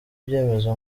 ibyemezo